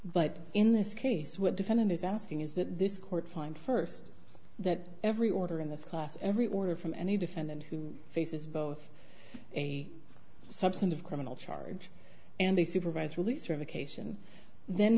but in this case with defendant is asking is that this court find first that every order in this class every order from any defendant who faces both a substantive criminal charge and a supervised release revocation then